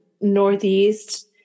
northeast